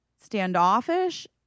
standoffish